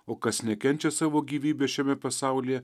o kas nekenčia savo gyvybės šiame pasaulyje